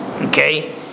Okay